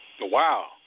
Wow